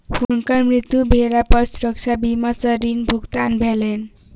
हुनकर मृत्यु भेला पर सुरक्षा बीमा सॅ ऋण भुगतान भेलैन